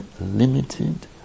limited